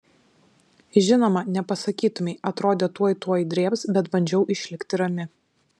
žinoma nepasakytumei atrodė tuoj tuoj drėbs bet bandžiau išlikti rami